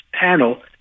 panel